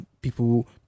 people